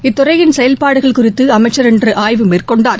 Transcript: இத்துறையின் செயல்பாடுகள் குறித்து அமைச்சர் இன்று ஆய்வு மேற்கொண்டார்